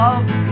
Love